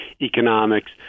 economics